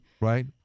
Right